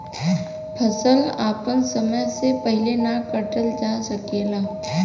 फसल आपन समय से पहिले ना काटल जा सकेला